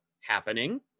happening